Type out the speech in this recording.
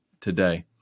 today